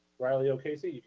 riley o'casey. you